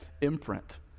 imprint